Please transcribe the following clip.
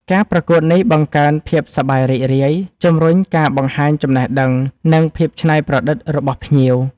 ការប្រកួតនេះបង្កើនភាពសប្បាយរីករាយ ជម្រុញការបង្ហាញចំណេះដឹង និងភាពច្នៃប្រឌិតរបស់ភ្ញៀវ,